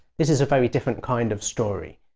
this is a very different kind of story,